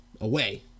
away